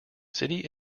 city